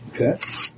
Okay